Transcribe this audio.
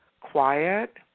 quiet